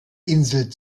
insel